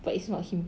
but it's not him